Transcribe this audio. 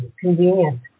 convenient